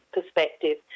perspective